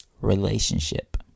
relationship